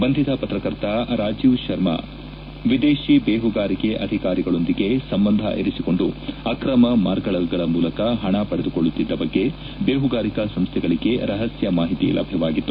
ಬಂಧಿತ ಪತ್ರಕರ್ತ ರಾಜೀವ್ ಶರ್ಮ ವಿದೇಶಿ ಬೇಹುಗಾರಿಕೆ ಅಧಿಕಾರಿಗಳೊಂದಿಗೆ ಸಂಬಂಧ ಇರಿಸಿಕೊಂಡು ಆಕ್ರಮ ಮಾರ್ಗಗಳ ಮೂಲಕ ಪಣ ಪಡೆದುಕೊಳ್ಳುತ್ತಿದ್ದ ಬಗ್ಗೆ ಬೇಹುಗಾರಿಕಾ ಸಂಸ್ಥೆಗಳಿಗೆ ರಹಸ್ಥ ಮಾಹಿತಿ ಲಭ್ಯವಾಗಿತ್ತು